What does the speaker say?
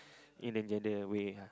in the gender away